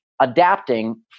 adapting